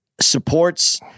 supports